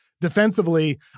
Defensively